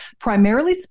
primarily